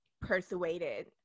persuaded